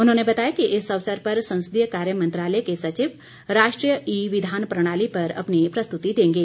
उन्होंने बताया कि इस अवसर पर संसदीय कार्य मंत्रालय के सचिव राष्ट्रीय ई विधान प्रणाली पर अपनी प्रस्तुति देंगे